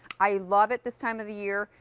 i love it this time of the year.